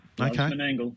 Okay